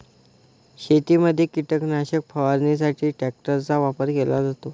शेतीमध्ये कीटकनाशक फवारणीसाठी ट्रॅक्टरचा वापर केला जातो